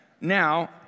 Now